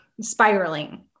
spiraling